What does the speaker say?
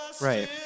Right